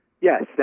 Yes